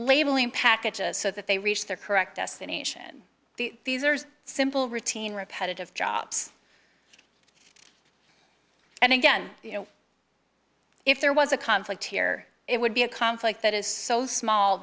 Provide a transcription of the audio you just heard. labeling packages so that they reach their correct destination these are simple routine repetitive jobs and again you know if there was a conflict here it would be a conflict that is so small